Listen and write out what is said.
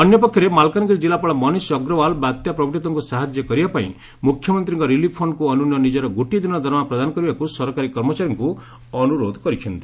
ଅନ୍ୟପକ୍ଷରେ ମାଲକାନଗିରି ଜିଲ୍ଲାପାଳ ମନୀଷ ଅଗ୍ରଓ୍ୱାଲ ବାତ୍ୟା ପ୍ରପିଡ଼ିତଙ୍କୁ ସାହାଯ୍ୟ କରିବା ପାଇଁ ମୁଖ୍ୟମନ୍ତୀଙ୍କ ରିଲିଫ ଫଣ୍ଣକୁ ଅନ୍ୟୁନ ନିଜର ଗୋଟିଏ ଦିନର ଦରମା ପ୍ରଦାନ କରିବାକୁ ସରକାରୀ କର୍ମଚାରୀଙ୍କୁ ଅନୁରୋଧ କରିଛନ୍ତି